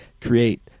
create